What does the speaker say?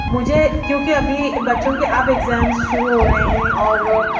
مجھے کیونکہ ابھی بچوں کے اب ایگزامس شروع ہو رہے ہیں اور